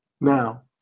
Now